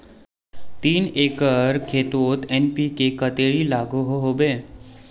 तीन एकर खेतोत एन.पी.के कतेरी लागोहो होबे?